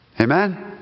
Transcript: Amen